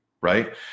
Right